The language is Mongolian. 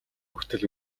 хүртэл